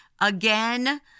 again